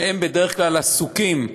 שהם בדרך כלל עסוקים,